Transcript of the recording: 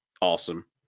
awesome